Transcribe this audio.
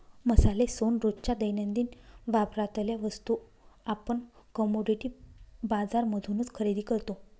मसाले, सोन, रोजच्या दैनंदिन वापरातल्या वस्तू आपण कमोडिटी बाजार मधूनच खरेदी करतो